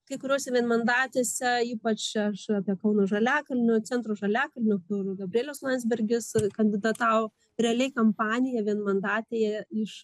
kai kuriose vienmandatėse ypač aš apie kauno žaliakalnio centro žaliakalnio kur gabrielius landsbergis kandidatavo realiai kampanija vienmandatėje iš